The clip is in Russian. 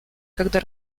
когда